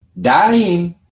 dying